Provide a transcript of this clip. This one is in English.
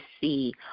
see